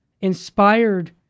inspired